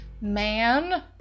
man